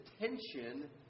attention